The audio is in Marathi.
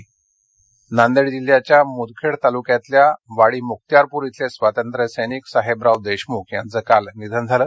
नांदेड नांदेड जिल्ह्याच्या मुदखेड तालुक्यातल्या वाडी मुक्त्यारपूर इथले स्वातंत्र्य सैनिक साहेबराव देशमुख यांच काल निधन झालं